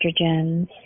estrogens